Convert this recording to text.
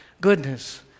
goodness